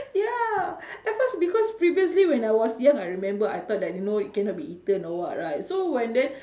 ya at first because previously when I was young I remember I thought that you know cannot be eaten or what right so when then